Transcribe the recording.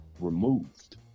removed